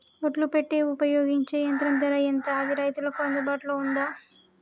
ఒడ్లు పెట్టే ఉపయోగించే యంత్రం ధర ఎంత అది రైతులకు అందుబాటులో ఉందా?